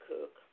Cook